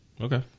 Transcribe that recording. Okay